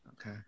okay